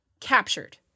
captured